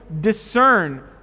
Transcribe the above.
discern